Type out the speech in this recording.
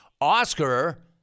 Oscar